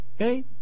okay